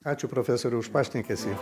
ačiū profesoriau už pašnekesį